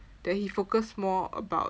then he focus more about